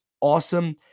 awesome